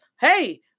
hey